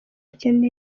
ikeneye